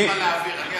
אני אעזור לך להעביר.